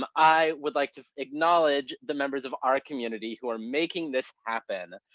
um i would like to acknowledge the members of our community who are making this happen,